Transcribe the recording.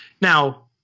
Now